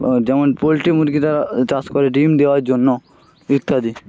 বা যেমন পোল্ট্রি মুরগি তারা চাষ করে ডিম দেওয়ার জন্য ইত্যাদি